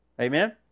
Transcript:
Amen